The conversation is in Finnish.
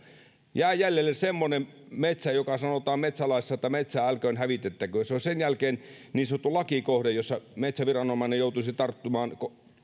jää jäljelle semmoinen metsä josta sanotaan metsälaissa että metsää älköön hävitettäkö se on sen jälkeen niin sanottu lakikohde jossa metsäviranomainen joutuisi tarttumaan